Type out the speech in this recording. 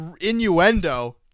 innuendo